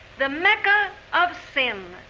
the mecca of sin,